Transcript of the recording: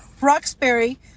Roxbury